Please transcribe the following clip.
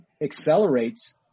accelerates